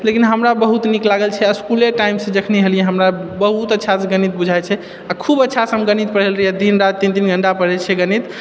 लेकिन हमरा बहुत नीक लागल छै इसकुलके टाइमसँ जखनी हलियै हमरा बहुत अच्छासँ गणित बुझाइ छै आ खूब अच्छासँ हम गणित पढ़ल रहियै दिन राति तीन तीन घण्टा पढ़ै छियै गणित